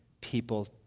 people